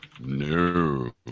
No